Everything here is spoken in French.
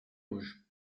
rouges